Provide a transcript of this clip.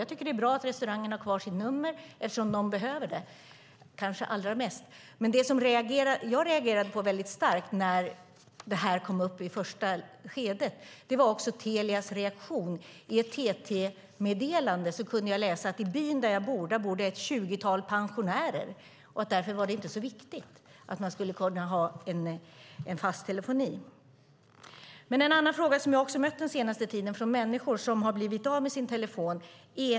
Jag tycker att det är bra att restaurangen har kvar sitt nummer eftersom de kanske behöver det allra mest. Det som jag reagerade på väldigt starkt när det här kom upp i första skedet var Telias reaktion. I ett TT-meddelande kunde jag läsa att i byn som jag bor i bor ett tjugotal pensionärer och att det därför inte var så viktigt att kunna ha fast telefoni. Den senaste tiden har jag fått frågor från människor som har blivit av med sin fasta telefoni.